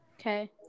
Okay